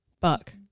Buck